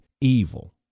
evil